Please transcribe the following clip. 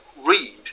read